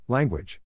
Language